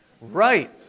right